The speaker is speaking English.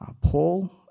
Paul